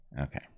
Okay